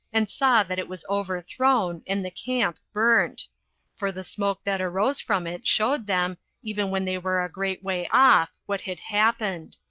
and saw that it was overthrown, and the camp burnt for the smoke that arose from it showed them, even when they were a great way off, what had happened.